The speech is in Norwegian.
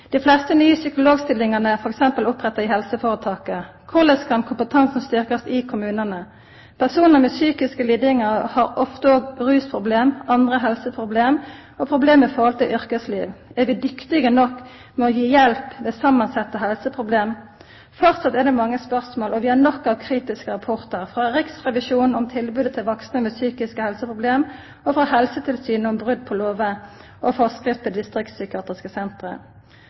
Dei fleste nye psykologstillingane er f.eks. oppretta i helseforetaka. Korleis kan kompetansen styrkast i kommunane? Personar med psykiske lidingar har ofte òg rusproblem, andre helseproblem og problem med yrkesliv. Er vi dyktige nok med å gi hjelp ved samansette helseproblem? Framleis er det mange spørsmål. Vi har nok av kritiske rapportar: frå Riksrevisjonen om tilbodet til vaksne med psykiske helseproblem og frå Helsetilsynet om brot på lover og